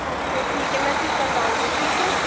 okay ٹھیک ہے میں پھر کل آؤں گی ٹھیک ہے